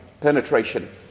penetration